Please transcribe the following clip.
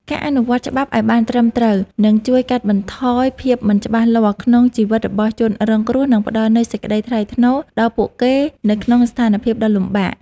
ការអនុវត្តច្បាប់ឱ្យបានត្រឹមត្រូវនឹងជួយកាត់បន្ថយភាពមិនច្បាស់លាស់ក្នុងជីវិតរបស់ជនរងគ្រោះ និងផ្តល់នូវសេចក្តីថ្លៃថ្នូរដល់ពួកគេនៅក្នុងស្ថានភាពដ៏លំបាក។